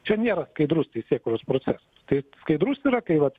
čia nėra skaidrus teisėkūros procesas tai skaidrus yra kai vat